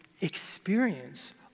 experience